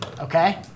Okay